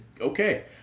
okay